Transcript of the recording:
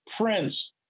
Prince